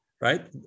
right